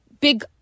big